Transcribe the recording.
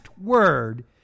word